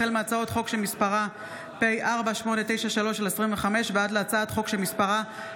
החל בהצעת חוק פ/4893/25 וכלה בהצעת חוק פ/4964/25: